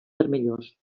vermellós